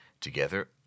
together